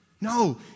No